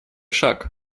шаг